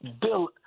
Bill